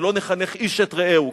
ולא נחנך איש את רעהו,